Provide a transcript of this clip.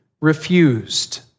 refused